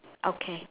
okay